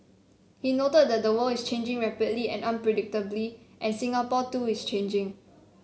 he noted that the world is changing rapidly and unpredictably and Singapore too is changing